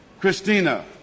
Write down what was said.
Christina